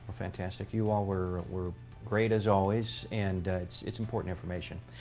fantastic. you all were were great as always. and it's it's important information.